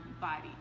body